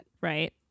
Right